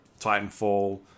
titanfall